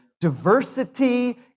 diversity